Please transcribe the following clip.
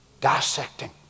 dissecting